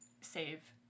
save